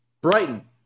brighton